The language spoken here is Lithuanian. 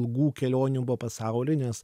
ilgų kelionių po pasaulį nes